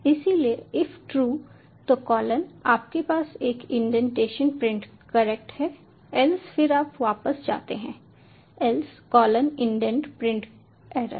इसलिए if true तो colon आपके पास एक इंडेंटेशन प्रिंट करेक्ट है एल्स फिर आप वापस जाते हैं else colon indent print error